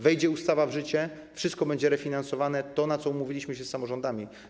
Wejdzie ustawa w życie, wszystko będzie refinansowane - to, na co umówiliśmy się z samorządami.